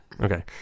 Okay